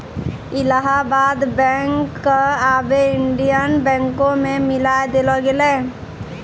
Allahabad bank क आबै Indian बैंको मे मिलाय देलो गेलै